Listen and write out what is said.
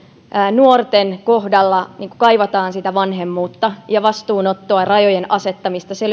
nuorten kohdalla kaivataan sitä vanhemmuutta ja vastuunottoa ja rajojen asettamista se